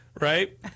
right